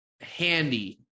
Handy